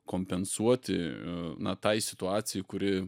kompensuoti na tai situacijai kuri